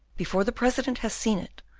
before the president has seen it,